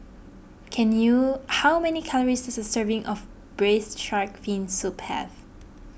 can you how many calories does a serving of Braised Shark Fin Soup have